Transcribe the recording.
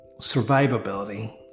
survivability